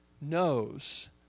knows